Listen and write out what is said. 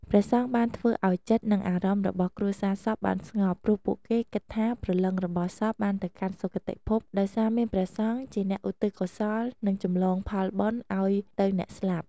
ព្រះសង្ឃបានធ្វើឲ្យចិត្ត និងអារម្មណ៍របស់គ្រួសារសពបានស្ងប់ ព្រោះពួកគេគិតថាប្រលឹងរបស់សពបានទៅកាន់សុគតិភព ដោយសារមានព្រះសង្ឃជាអ្នកឧទ្ទិសកុសល និងចម្លងផលបុណ្យឲ្យទៅអ្នកស្លាប់។